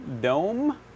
Dome